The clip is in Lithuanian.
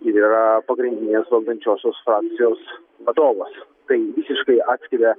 ir yra pagrindinės valdančiosios frakcijos vadovas tai visiškai atskiria